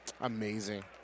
Amazing